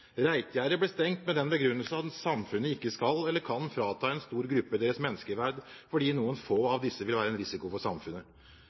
ble stengt med den begrunnelse at samfunnet ikke skal eller kan frata en stor gruppe deres menneskeverd fordi noen få